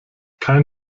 kein